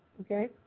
okay